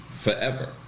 forever